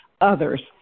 others